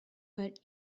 but